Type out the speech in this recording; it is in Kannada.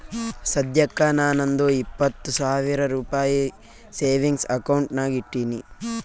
ಸದ್ಯಕ್ಕ ನಾ ನಂದು ಇಪ್ಪತ್ ಸಾವಿರ ರುಪಾಯಿ ಸೇವಿಂಗ್ಸ್ ಅಕೌಂಟ್ ನಾಗ್ ಇಟ್ಟೀನಿ